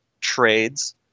trades